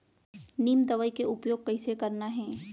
नीम दवई के उपयोग कइसे करना है?